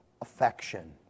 affection